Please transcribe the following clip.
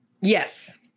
yes